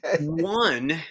One